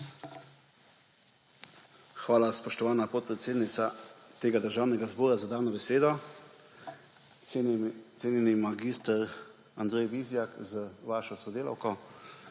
Hvala, spoštovana podpredsednica tega Državnega zbora, za dano besedo. Cenjeni mag. Andrej Vizjak z vašo sodelavko,